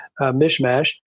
mishmash